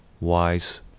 wise